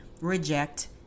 reject